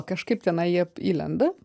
kažkaip tenai jie įlenda